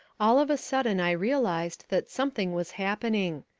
all of a sudden i realised that something was happening.